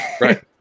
right